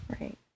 right